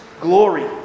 glory